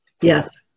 Yes